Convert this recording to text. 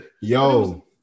Yo